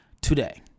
Today